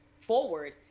forward